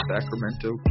Sacramento